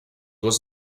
was